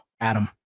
adam